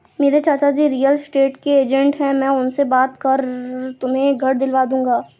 मेरे चाचाजी real estate के एजेंट है मैं उनसे बात कर तुम्हें घर दिलवा दूंगा